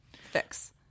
fix